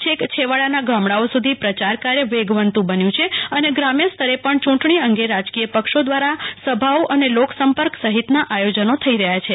છેક છેવાડાના ગામડાઓ સુ ધી પ્રયાર કાર્ય વેગવંતુ બન્યુ છે અને ગ્રામ્યસ્તરે પણ યુંટણી અંગે રાજકીય પક્ષી દ્રારા સભાઓ અને લોકસંપર્ક સહિતના આયોજનો થઈ રહ્યા છે